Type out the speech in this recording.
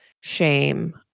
shame